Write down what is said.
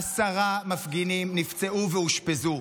עשרה מפגינים נפצעו ואושפזו.